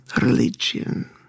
religion